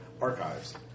archives